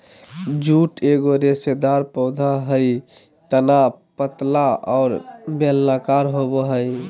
jute एगो रेशेदार पौधा हइ तना पतला और बेलनाकार होबो हइ